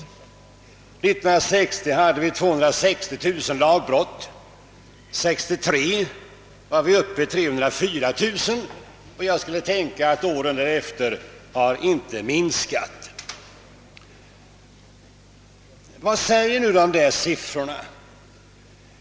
1960 förekom 260 000 lagbrott, 1963 var antalet uppe i 304 000, och jag skulle tro att brotten inte har minskat i antal under åren därefter. Vad säger nu dessa siffror?